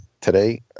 today